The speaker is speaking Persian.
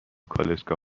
کالسکه